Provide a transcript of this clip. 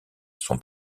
son